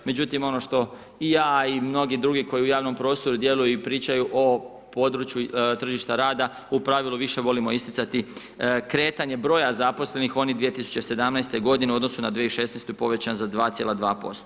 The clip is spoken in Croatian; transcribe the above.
Međutim, ono što i ja i mnogi drugi koji u javnom prostoru djeluju i pričaju o području tržišta rada, u pravilu više volimo isticati kretanje broja zaposlenih, oni 2017. g. u odnosu na 2016. je povećan za 2,2%